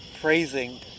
praising